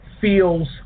feels